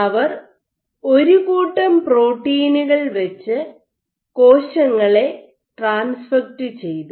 അവർ ഒരു കൂട്ടം പ്രോട്ടീനുകൾ വെച്ച് കോശങ്ങളെ ട്രാൻസ്ഫെക്ട് ചെയ്തു